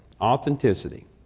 Authenticity